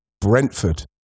Brentford